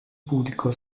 publicó